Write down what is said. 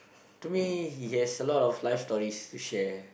to me he has a lot of life stories to share